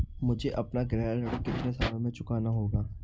मुझे अपना गृह ऋण कितने समय में चुकाना होगा?